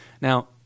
Now